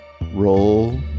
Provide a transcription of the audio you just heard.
roll